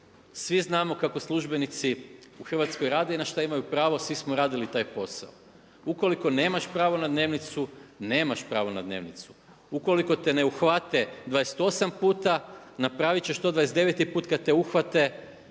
svi znamo kako službenici u Hrvatskoj rade i na šta imaju pravo, svi smo radili taj posao, ukoliko nemaš pravo na dnevnicu, nemaš pravo na dnevnicu, ukoliko te ne uhvate 28 puta napravit će to 29. put kada te uhvate